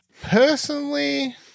Personally